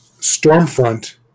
Stormfront